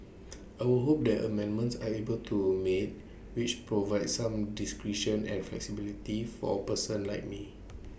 I would hope that amendments are able to be made which provide some discretion and flexibility for persons like me